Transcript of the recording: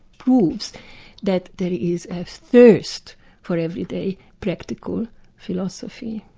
proves that there is a thirst for everyday, practical philosophy.